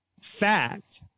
fact